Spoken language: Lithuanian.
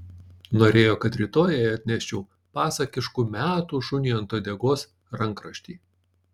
norėjo kad rytoj jai atneščiau pasakiškų metų šuniui ant uodegos rankraštį